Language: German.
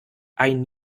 ein